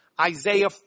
Isaiah